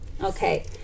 okay